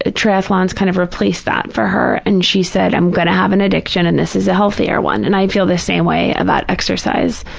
ah triathlons kind of replaced that for her, and she said, i'm going to have an addiction and this is a healthier one, and i feel the same way about exercise.